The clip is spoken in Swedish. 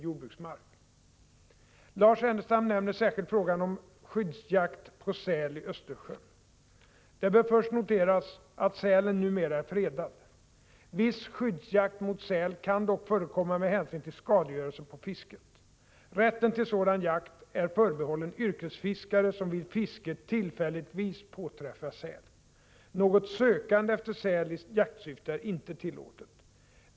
jordbruksmark. Lars Ernestam nämner särskilt frågan om skyddsjakt på säl i Östersjön. — Prot. 1985/86:66 Det bör först noteras att sälen numera är fredad. Viss skyddsjakt på säl kan 28 januari 1986 dock förekomma med hänsyn till skadegörelse på fisket. Rätten till sådan Om ökat skydd för ut jakt är förbehållen yrkesfiskare som vid fiske tillfälligtvis påträffar säl. Något neskotade vä sökande efter säl i jaktsyfte är inte tillåtet.